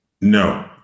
No